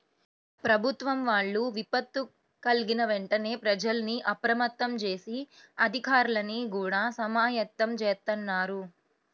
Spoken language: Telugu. ప్రభుత్వం వాళ్ళు విపత్తు కల్గిన వెంటనే ప్రజల్ని అప్రమత్తం జేసి, అధికార్లని గూడా సమాయత్తం జేత్తన్నారు